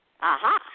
Aha